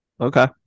Okay